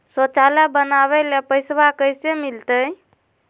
शौचालय बनावे ले पैसबा कैसे मिलते?